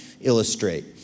illustrate